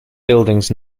buildings